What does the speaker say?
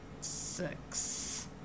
six